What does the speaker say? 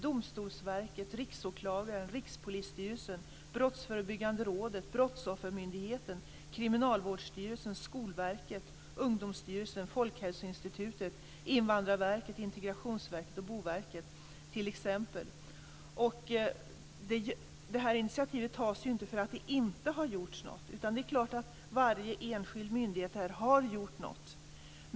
Det är t.ex. Domstolsverket, Riksåklagaren, Det här initiativet tas inte därför att det inte har gjorts något. Det är klart att varje enskild myndighet har gjort något.